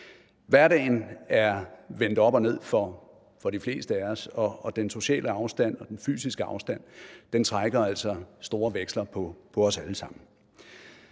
Hverdagen er vendt op og ned for de fleste af os, og den sociale afstand og den fysiske afstand trækker altså store veksler på os alle sammen.